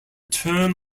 term